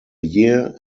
year